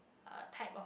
type of